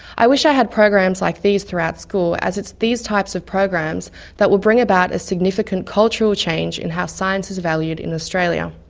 i wish i had programs like these throughout school, as it's these types of programs that will bring about a significant cultural change in how science is valued in australia.